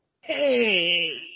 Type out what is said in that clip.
Hey